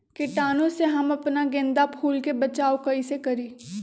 कीटाणु से हम अपना गेंदा फूल के बचाओ कई से करी?